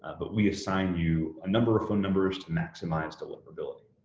but we assign you a number of phone numbers to maximize deliverability.